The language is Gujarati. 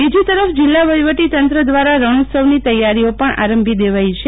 બીજી તરફી જિલ્લા વફીવટીતંત્ર દ્વારા રણોત્સવની તૈયારીઓ પણ આરંભી દેવાઇ છે